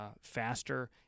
faster